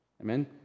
Amen